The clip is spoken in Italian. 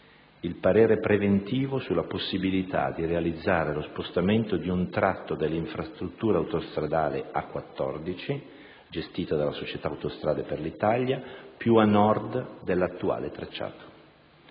il parere preventivo sulla possibilità di realizzare lo spostamento di un tratto dell'infrastruttura autostradale (A14) gestita dalla società Autostrade per l'Italia (ASPI) più a nord dell'attuale tracciato,